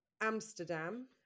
Amsterdam